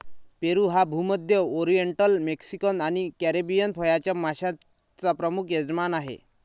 पेरू हा भूमध्य, oriental, Mexican आणि कॅरिबियन फळांच्या माश्यांचा प्रमुख यजमान आहे